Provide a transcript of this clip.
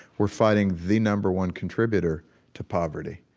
we're fighting the number one contributor to poverty.